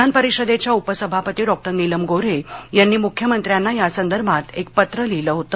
विधानपरिषदेच्या उपसभापती डॉ नीलम गोन्हे यांनी मुख्यमंत्र्यांना या संदर्भात एक पत्र लिहिल होत